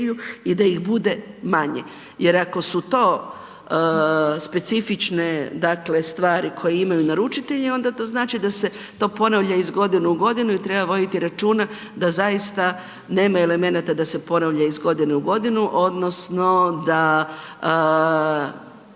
i da ih bude manje jer ako su to specifične dakle stvari koje imaju naručitelji, onda to znači da se to ponavlja iz godine u godinu i treba voditi računa da zaista nema elemenata da se ponavlja iz godine u godinu odnosno da